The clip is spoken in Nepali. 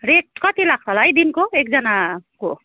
रेट कति लाग्छ होला है दिनको एकजनाको